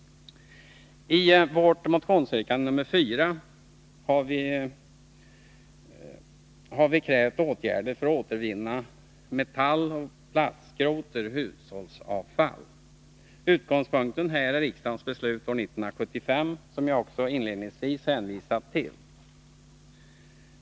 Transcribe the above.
I vårt motionsyrkande nr 4 har vi krävt åtgärder för att återvinna metalloch plastskrot ur hushållsavfall. Utgångspunkten är här riksdagens beslut år 1975, som jag också inledningsvis hänvisade till.